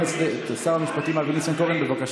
שר המשפטים אבי ניסנקורן, בבקשה.